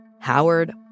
Howard